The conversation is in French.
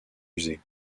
usées